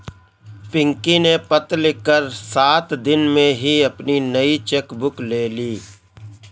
पिंकी ने पत्र लिखकर सात दिन में ही अपनी नयी चेक बुक ले ली